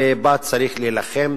ובה צריך להילחם.